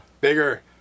Bigger